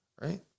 Right